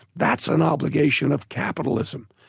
that's an obligation of capitalism.